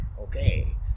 okay